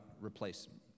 replacement